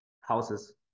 houses